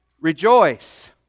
Rejoice